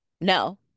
no